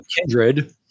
kindred